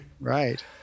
right